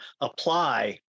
apply